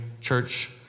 church